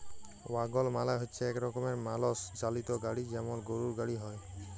ওয়াগল মালে হচ্যে এক রকমের মালষ চালিত গাড়ি যেমল গরুর গাড়ি হ্যয়